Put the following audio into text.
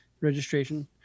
registration